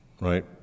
right